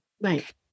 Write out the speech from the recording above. Right